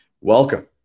welcome